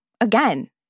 Again